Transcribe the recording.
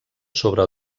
sobre